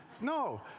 No